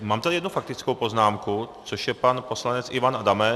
Mám tady jednu faktickou poznámku, což je pan poslanec Ivan Adamec.